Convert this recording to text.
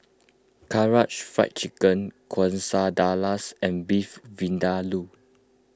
Karaage Fried Chicken Quesadillas and Beef Vindaloo